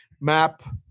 map